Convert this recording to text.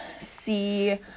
see